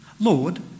Lord